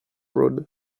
road